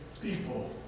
people